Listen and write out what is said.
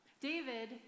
David